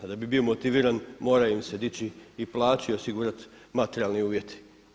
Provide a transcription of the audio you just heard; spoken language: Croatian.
A da bi bio motiviran mora im se dići i plaća i osigurati materijalni uvjeti.